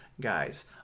guys